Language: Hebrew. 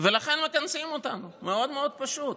ולכן מכנסים אותנו, מאוד מאוד פשוט.